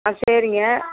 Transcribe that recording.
ஆ சரிங்க